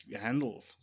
handle